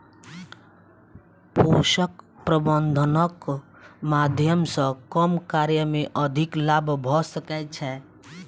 पोषक प्रबंधनक माध्यम सॅ कम कार्य मे अधिक लाभ भ सकै छै